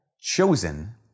chosen